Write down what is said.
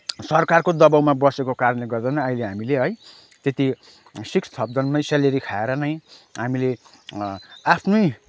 सरकारको दवाबमा बसेको कारण गर्दा नै अहिले हामीले है त्यति सिक्स थाउजन्डमै स्यालेरी खाएर नै हामीले आफ्नै